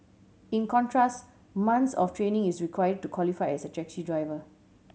in contrast months of training is required to qualify as a taxi driver